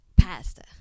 pasta